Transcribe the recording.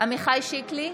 עמיחי שיקלי,